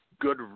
good